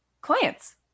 clients